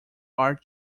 are